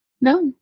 No